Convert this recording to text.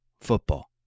football